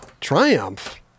Triumph